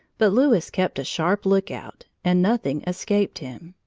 but louis kept a sharp lookout, and nothing escaped him.